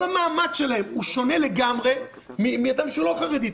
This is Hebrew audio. כל המעמד שלהם שונה לגמרי מאדם שאינו חרדי.